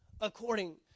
according